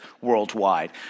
worldwide